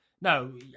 No